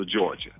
Georgia